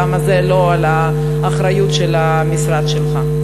למה זה לא האחריות של המשרד שלך?